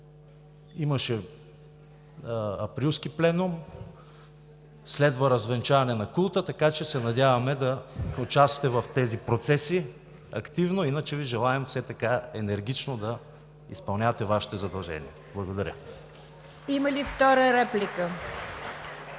Имаше Априлски пленум, следва развенчаване на култа, така че се надяваме да участвате в тези процеси активно, иначе Ви желаем все така енергично да изпълнявате Вашите задължения. Благодаря. (Ръкопляскания